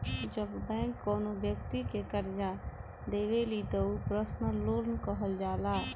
जब बैंक कौनो बैक्ति के करजा देवेली त उ पर्सनल लोन कहल जाला